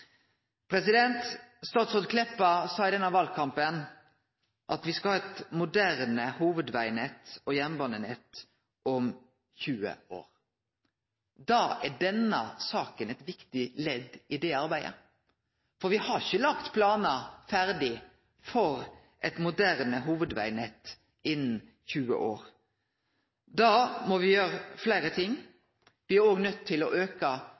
Statsråd Meltveit Kleppa sa i denne valkampen at me skal ha eit moderne hovudvegnett og jernbanenett om 20 år. Denne saka er eit viktig ledd i det arbeidet. For me har ikkje lagt planar ferdig for eit moderne hovudvegnett innan 20 år. Da må me gjere fleire ting: Me er nøydde til å auke planreserven, og me er nøydde til å